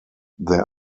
there